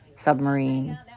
submarine